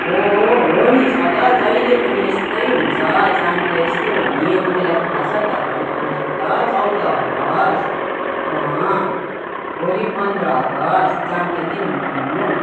हो हो हो नि सजल जहिले पनि यस्तै हुन्छ जाम त यस्तै हो नि तिमीलाई थाहा छ त झन् आज त चौध अगस्ट अँ भोलि पन्ध्र अगस्ट जाम त किन नहुनु